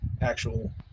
actual